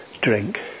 drink